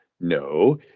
No